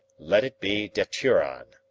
let it be daturon.